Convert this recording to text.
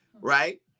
right